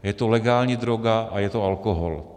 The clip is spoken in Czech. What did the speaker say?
Je to legální droga a je to alkohol.